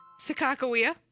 Sakakawea